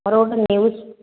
ମୋର ଗୋଟେ ନ୍ୟୁଜ୍